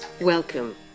welcome